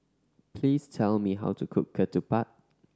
please tell me how to cook ketupat